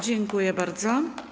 Dziękuję bardzo.